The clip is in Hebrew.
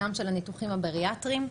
גם של הניתוחים הבריאטריים.